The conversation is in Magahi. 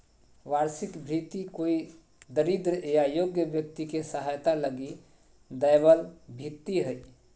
वार्षिक भृति कोई दरिद्र या योग्य व्यक्ति के सहायता लगी दैबल भित्ती हइ